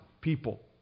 people